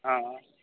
હા હા